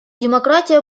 демократия